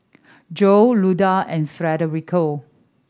Joel Luda and Federico